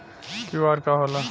QR का होला?